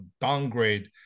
downgrade